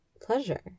pleasure